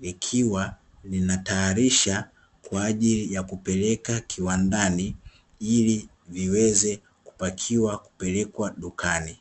ikiwa linataarisha kwa ajili ya kupeleka kiwandani ili viweze kupakiwa kupelekwa dukani